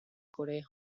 corea